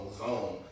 zone